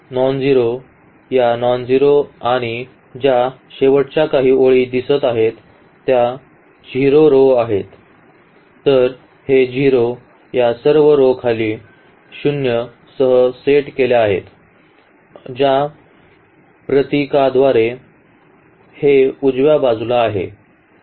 nonzero row या nonzero row आणि येथे ज्या शेवटच्या काही ओळी आपल्याला दिसत आहेत त्या 0 row आहेत तर हे 0 या सर्व row खाली 0 सह सेट केल्या आहेत ज्या प्रतीकाद्वारे हे उजव्या बाजूला आहे